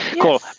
Cool